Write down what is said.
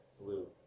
Blue